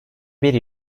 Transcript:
bir